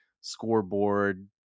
scoreboard